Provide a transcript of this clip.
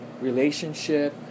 relationship